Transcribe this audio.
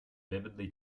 vividly